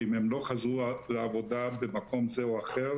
ואם הם לא חזרו לעבודה במקום זה או אחר,